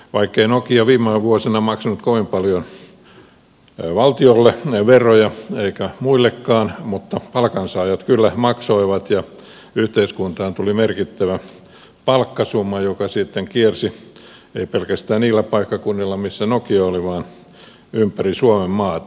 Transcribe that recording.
vaikkei nokia viime vuosina maksanut kovin paljon valtiolle veroja eikä muillekaan niin palkansaajat kyllä maksoivat ja yhteiskuntaan tuli merkittävä palkkasumma joka sitten kiersi ei pelkästään niillä paikkakunnilla missä nokia oli vaan ympäri suomenmaata